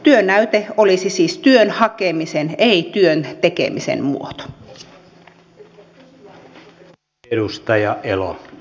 työnäyte olisi siis työn hakemisen ei työn tekemisen muoto